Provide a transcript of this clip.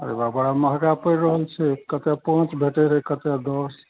अरे बा बड़ा मँहगा पड़ि रहल छै कतऽ पाँच भेटय रहय कतऽ दस